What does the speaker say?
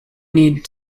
need